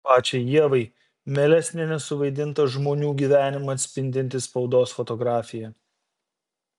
pačiai ievai mielesnė nesuvaidintą žmonių gyvenimą atspindinti spaudos fotografija